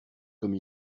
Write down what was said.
comme